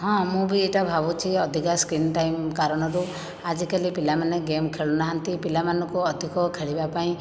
ହଁ ମୁଁ ବି ଏଇଟା ଭାବୁଛି ଅଧିକା ସ୍କ୍ରିନ ଟାଇମ କାରଣରୁ ଆଜି କାଲି ପିଲାମାନେ ଗେମ୍ ଖେଳୁ ନାହାନ୍ତି ପିଲାମାନଙ୍କୁ ଅଧିକ ଖେଳିବା ପାଇଁ